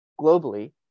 globally